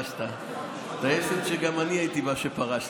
כשפרשת, טייסת שגם אני הייתי בה כשפרשתי.